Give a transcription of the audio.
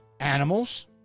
Animals